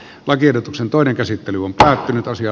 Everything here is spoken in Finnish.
lakiehdotuksen toinen käsittely on päättynyt ja